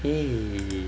hmm